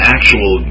actual